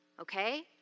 okay